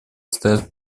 стоят